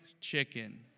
chicken